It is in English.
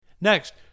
Next